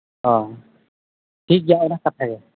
ᱦᱚᱸ ᱴᱷᱤᱠ ᱜᱮᱭᱟ ᱤᱱᱟᱹ ᱠᱟᱛᱷᱟ ᱜᱮ